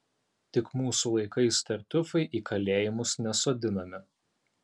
tik mūsų laikais tartiufai į kalėjimus nesodinami